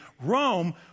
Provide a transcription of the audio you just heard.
Rome